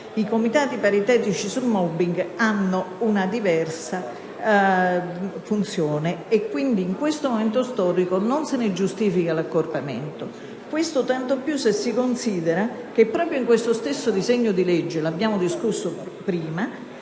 i comitati paritetici sul *mobbing* svolgono una diversa funzione. Quindi, in questo momento storico non se ne giustifica l'accorpamento. Questo tanto più se si considera che proprio nello stesso disegno di legge in esame si prevede